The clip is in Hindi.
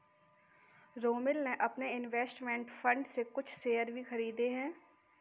रोमिल ने अपने इन्वेस्टमेंट फण्ड से कुछ शेयर भी खरीदे है